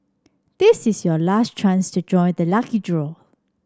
this is your last chance to join the lucky draw